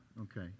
okay